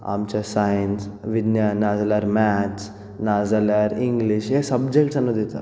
आमच्या सायन्स विज्ञान नाजाल्यार मॅथ्स नाजाल्यार इंग्लीश हें समजेन समजेता